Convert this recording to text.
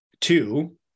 Two